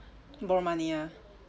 borrow money ah